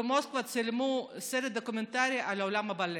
במוסקבה צילמו סרט דוקומנטרי על עולם הבלט.